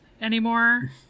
anymore